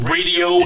Radio